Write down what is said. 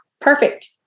perfect